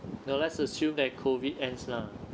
no let's assume that COVID ends lah